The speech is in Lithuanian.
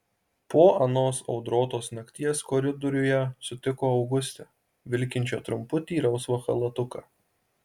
po anos audrotos nakties koridoriuje sutiko augustę vilkinčią trumputį rausvą chalatuką